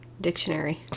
dictionary